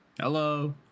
hello